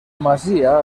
masia